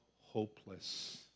hopeless